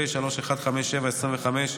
פ/157/25),